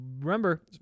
remember